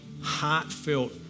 heartfelt